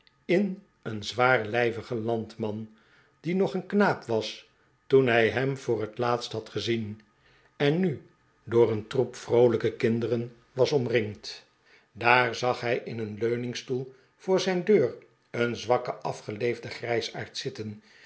in een zwaarlijvigen landman die nog een knaap was toen hij hem voor het laatst had gezien en nu door een troep vroolijke kinderen was omringd daar zag hij in een leuningstoel voor zijn deur een zwakken afgeleefden grijsaard zitten